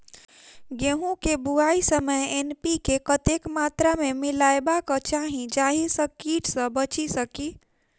गेंहूँ केँ बुआई समय एन.पी.के कतेक मात्रा मे मिलायबाक चाहि जाहि सँ कीट सँ बचि सकी?